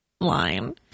line